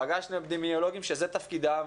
פגשנו אפידמיולוגים שזה תפקידם,